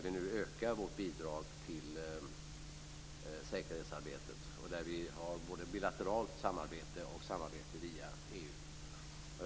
Vi ökar nu vårt bidrag till säkerhetsarbetet. Vi har både bilateralt samarbete och samarbete via EU.